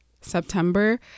September